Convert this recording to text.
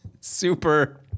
super